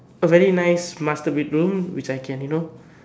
a very nice master bedroom which I can you know